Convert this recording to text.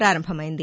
ప్రారంభమెంది